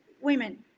women